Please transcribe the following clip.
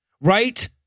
right